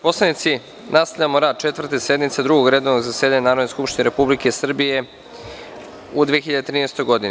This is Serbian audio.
poslanici, nastavljamo rad Četvrte sednice Drugog redovnog zasedanja Narodne skupštine Republike Srbije u 2013. godini.